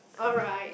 alright